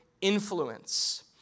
influence